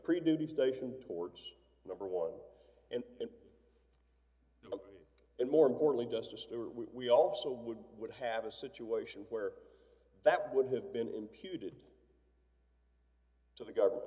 pretty duty station towards number one and and more importantly just a store we also would would have a situation where that would have been imputed to the government